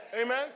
Amen